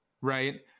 right